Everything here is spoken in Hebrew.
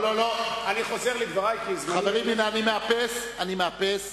אני חוזר לדברי, חברים, הנה אני מאפס, אני מאפס.